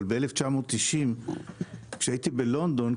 אבל כשהייתי בלונדון ב-1990,